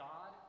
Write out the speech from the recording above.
God